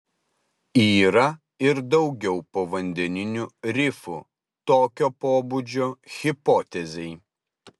yra ir daugiau povandeninių rifų tokio pobūdžio hipotezei